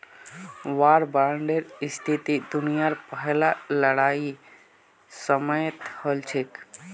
वार बांडेर स्थिति दुनियार पहला लड़ाईर समयेत हल छेक